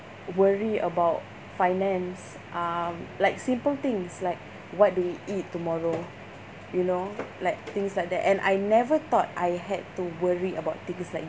worry about finance um like simple things like what do we eat tomorrow you know like things like that and I never thought I had to worry about things like